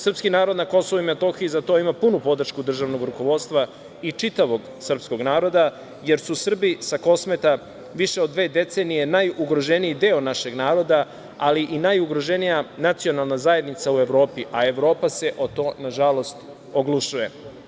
Srpski narod na Kosovu i Metohiji za to ima punu podršku državnog rukovodstva i čitavog srpskog naroda, jer su Srbi sa Kosmeta više od dve decenije najugroženiji deo našeg naroda, ali i najugroženija nacionalna zajednica u Evropi, a Evropa se o to nažalost oglušuje.